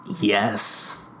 Yes